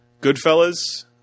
Goodfellas